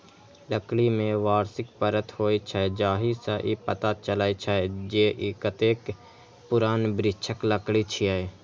लकड़ी मे वार्षिक परत होइ छै, जाहि सं ई पता चलै छै, जे ई कतेक पुरान वृक्षक लकड़ी छियै